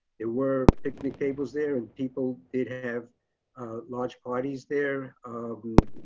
they were picnic tables there and people did have launch parties there. um